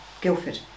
Guildford